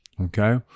okay